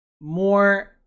more